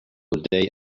day